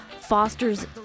fosters